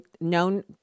known